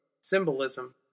Symbolism